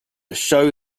show